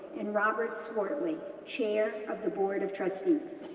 and robert swartley, chair of the board of trustees.